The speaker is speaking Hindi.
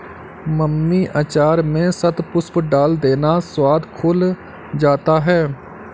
मम्मी अचार में शतपुष्प डाल देना, स्वाद खुल जाता है